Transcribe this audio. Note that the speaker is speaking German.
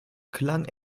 klang